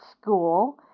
school